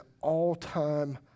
all-time